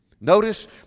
notice